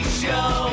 show